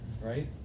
Right